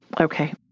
Okay